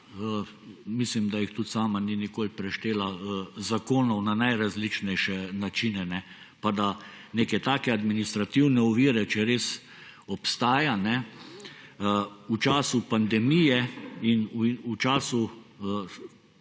mislim da jih tudi sama ni nikoli preštela, zakonov na najrazličnejše načine. Tako administrativno oviro, če res obstaja, bi v času pandemije in v času